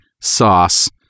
sauce